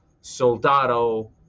soldado